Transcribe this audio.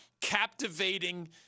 captivating